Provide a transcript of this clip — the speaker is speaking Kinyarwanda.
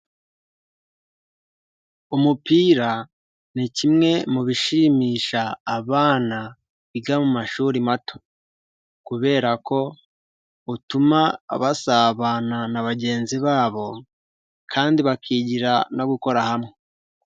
Umupira ni kimwe mu bishimisha abana biga mu mashuri mato kubera ko utuma basabana na bagenzi babo kandi bakigira no gukorera hamwe.